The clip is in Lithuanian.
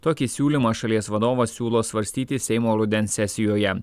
tokį siūlymą šalies vadovas siūlo svarstyti seimo rudens sesijoje